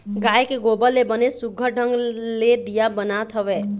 गाय के गोबर ले बनेच सुग्घर ढंग ले दीया बनात हवय